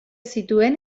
zituen